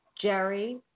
Jerry